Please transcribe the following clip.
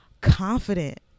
confident